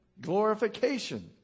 Glorification